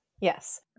Yes